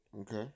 Okay